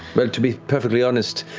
but to be perfectly honest,